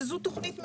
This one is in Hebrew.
שזו תכנית מאושרת.